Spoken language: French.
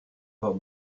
pas